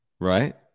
Right